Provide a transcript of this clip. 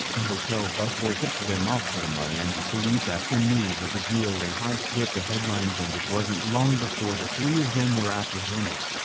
a hotel busboy tipped them off to the miami police after news of the jewelry heist hit the headlines and it wasn't long before the three of them were apprehended.